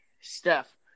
Steph